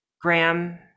graham